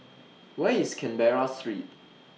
Where IS Canberra Street